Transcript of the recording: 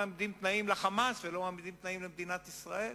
תנאים ל"חמאס" ולא מעמידים תנאים למדינת ישראל,